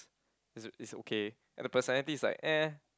is is okay and the personality is like eh